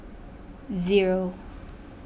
zero